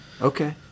Okay